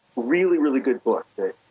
really, really good book that,